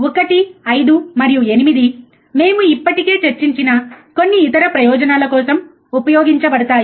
1 5 మరియు 8 మేము ఇప్పటికే చర్చించిన కొన్ని ఇతర ప్రయోజనాల కోసం ఉపయోగించబడుతాయి